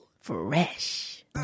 Fresh